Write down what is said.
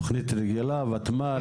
תוכנית רגילה, ותמ"ל?